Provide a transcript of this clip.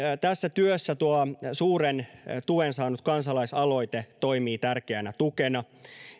tässä työssä tuo suuren tuen saanut kansalaisaloite toimii tärkeänä tukena